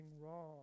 wrong